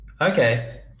okay